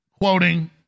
quoting